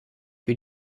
für